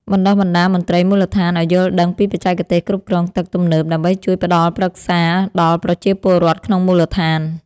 បណ្ដុះបណ្ដាលមន្ត្រីមូលដ្ឋានឱ្យយល់ដឹងពីបច្ចេកទេសគ្រប់គ្រងទឹកទំនើបដើម្បីជួយផ្ដល់ប្រឹក្សាដល់ប្រជាពលរដ្ឋក្នុងមូលដ្ឋាន។